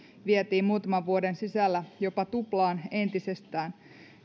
vietiin muutaman vuoden sisällä jopa tuplaan entisestään